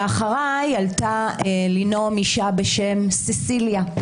ואחריי עלתה לנאום אישה בשם ססיליה,